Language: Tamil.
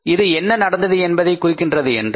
இது என்ன நடந்தது என்பதை குறிக்கின்றது என்றால்